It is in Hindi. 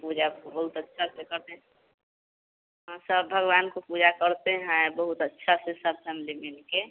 पूजा को बहुत अच्छा से करते हाँ सब भगवान को पूजा करते हैं बहुत अच्छा से सब समधी मिलके